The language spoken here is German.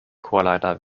chorleiter